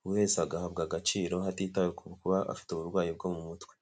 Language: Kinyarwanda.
buri wese agahabwa agaciro hatitawe ku kuba afite uburwayi bwo mu mutwe.